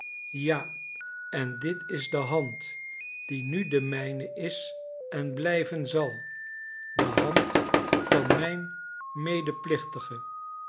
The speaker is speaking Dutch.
ja en dit is de hand die nu de mijne is en blijven zal de hand van mijn medeplichtige